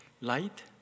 light